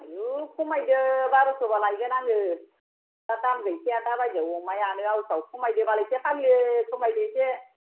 आयु खमायदो बार'स'बा लायगोन आङो दा दाम गैखाया दाबायदियाव अमायानो आवसाव खमायदो बाल एसे फाग्लि खमायदो एसे